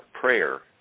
prayer